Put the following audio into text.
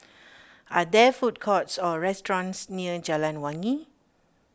are there food courts or restaurants near Jalan Wangi